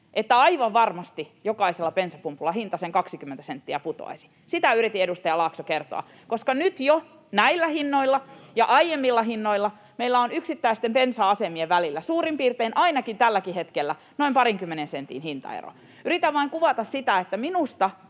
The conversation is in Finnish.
että aivan varmasti jokaisella bensapumpulla hinta sen 20 senttiä putoaisi. Sitä yritin, edustaja Laakso, kertoa, koska nyt jo näillä hinnoilla, ja aiemmilla hinnoilla, meillä on yksittäisten bensa-asemien välillä suurin piirtein parinkymmenen sentin hintaero. Yritän vain kuvata sitä, että minusta